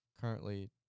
currently